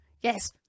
Yes